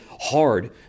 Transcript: hard